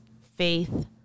faith